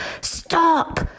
stop